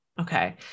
Okay